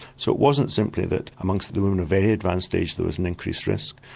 so it wasn't simply that amongst the women of very advanced stage there was an increased risk,